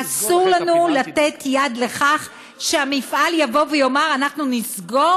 אסור לנו לתת יד לכך שהמפעל יבוא ויאמר: נסגור